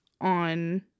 on